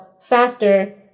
faster